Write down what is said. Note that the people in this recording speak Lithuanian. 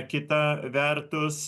kitą vertus